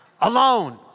alone